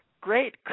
great